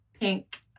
Pink